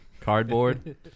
Cardboard